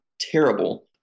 terrible